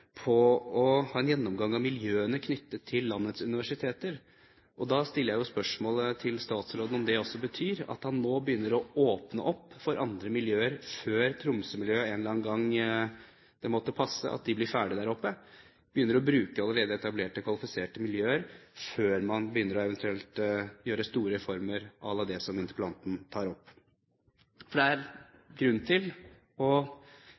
på og ha en gjennomgang av miljøene knyttet til landets universiteter. Da stiller jeg spørsmål til statsråden om det også betyr at han nå begynner å åpne opp for andre miljøer, før det en eller annen gang måtte passe Tromsø-miljøet å bli ferdig der oppe, at man begynner å bruke allerede etablerte kvalifiserte miljøer, før man begynner å lage store reformer à la det som interpellanten tar opp. Det er grunn til å